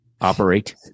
operate